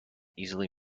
easily